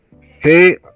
Hey